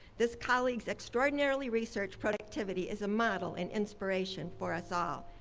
this colleague's extraordinarily research productivity is a model in inspiration for us all.